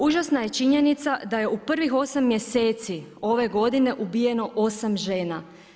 Užasna je činjenica je u prvih 8 mjeseci ove godine ubijeno 8 žena.